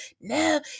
no